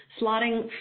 Slotting